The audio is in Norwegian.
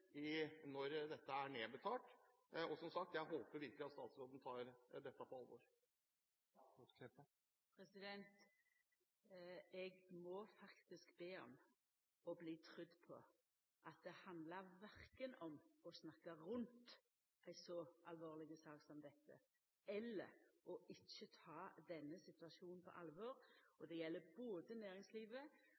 sagt, jeg håper virkelig at statsråden tar dette på alvor. Eg må faktisk be om å bli trudd på at det verken handlar om å snakka rundt ei så alvorleg sak som denne eller å ikkje ta denne situasjonen på alvor. Det gjeld både næringslivet